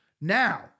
Now